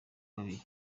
kabiri